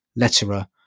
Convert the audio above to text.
letterer